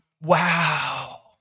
Wow